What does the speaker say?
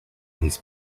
his